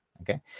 okay